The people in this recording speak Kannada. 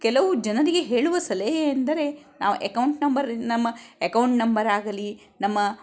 ಕೆಲವು ಜನರಿಗೆ ಹೇಳುವ ಸಲಹೆ ಎಂದರೆ ನಾವು ಎಕೌಂಟ್ ನಂಬರಿ ನಮ್ಮ ಎಕೌಂಟ್ ನಂಬರ್ ಆಗಲಿ ನಮ್ಮ